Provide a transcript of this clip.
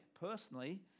personally